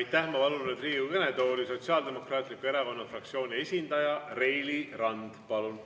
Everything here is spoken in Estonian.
Aitäh! Ma palun nüüd Riigikogu kõnetooli Sotsiaaldemokraatliku Erakonna fraktsiooni esindaja. Reili Rand, palun!